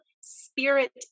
spirit